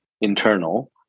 internal